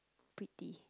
pretty